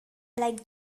like